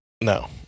no